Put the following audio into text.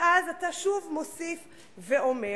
ואז אתה שוב מוסיף ואומר,